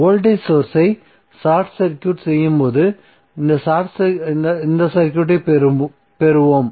voltage source ஐ short circuit செய்யும்போது இந்த சர்க்யூட்டை பெறுவோம்